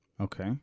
Okay